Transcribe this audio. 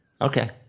Okay